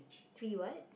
three what